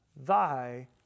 thy